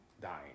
dying